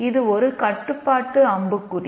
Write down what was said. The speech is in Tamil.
இது ஒரு கட்டுப்பாட்டு அம்புக்குறி